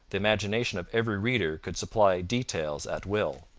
the imagination of every reader could supply details at will.